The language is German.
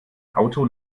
auto